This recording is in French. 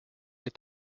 est